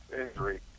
injury